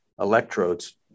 electrodes